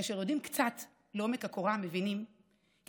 כאשר יורדים קצת בעומק הקורה מבינים כי